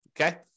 Okay